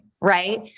right